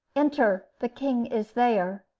enter. the king is there.